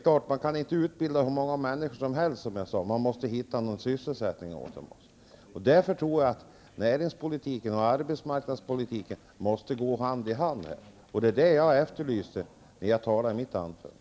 Man kan naturligtvis inte utbilda hur många människor som helst. Man måste hitta en sysselsättning åt dem. Jag tror därför att näringspolitiken och arbetsmarknadspolitiken måste gå hand i hand. Det efterlyste jag i mitt anförande.